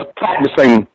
practicing